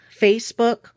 Facebook